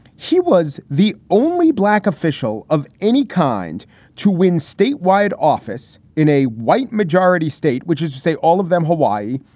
he was the only black official of any kind to win statewide office in a white majority state, which is to say all of them, hawaii,